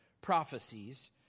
prophecies